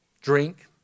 drink